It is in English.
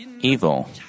evil